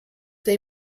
they